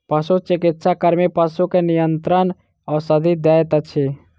पशुचिकित्सा कर्मी पशु के निरंतर औषधि दैत अछि